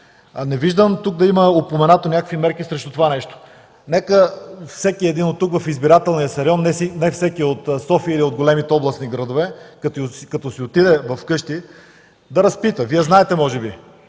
Не виждам тук да има упоменати някакви мерки срещу това нещо. Нека всеки един тук, не всеки е от София или от големите областни градове, като си отиде вкъщи, да разпита. Вие може би